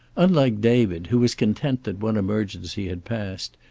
unlike david, who was content that one emergency had passed,